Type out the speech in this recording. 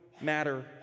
matter